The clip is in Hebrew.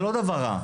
זה לא דבר רע...